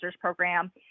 program